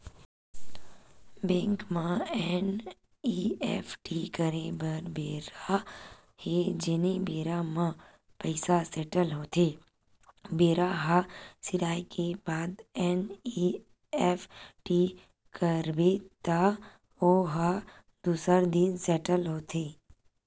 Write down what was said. bank म NEFT करे बर बेरा हे जेने बेरा म पइसा सेटल होथे बेरा ह सिराए के बाद एन.ई.एफ.टी करबे त ओ ह दूसर दिन सेटल होथे